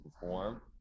perform